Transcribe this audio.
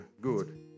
good